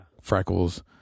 freckles